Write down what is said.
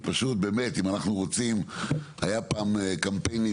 פשוט, באמת אם אנחנו רוצים, היו פעם קמפיינים